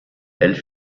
elle